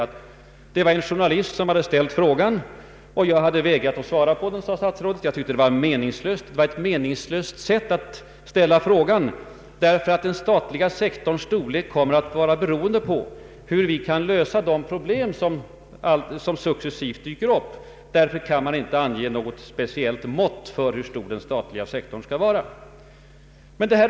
Han uppgav att det var en journalist som ställt frågan hur mycket den statliga sektorn skulle utvidgas, men att han vägrat att besvara den med motiveringen att det var meningslöst att ställa sådana frågor, därför att storleken av den statliga företagsamheten måste bli beroende av hur vi kan lösa de problem som succecssivt dyker upp. Man kan alltså — menade han — inte ange något speciellt mått på hur stor den statliga sektorn skall vara.